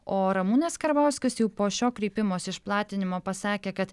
o ramūnas karbauskis jau po šio kreipimosi išplatinimo pasakė kad